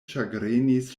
ĉagrenis